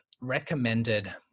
recommended